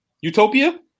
Utopia